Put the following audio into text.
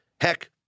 Heck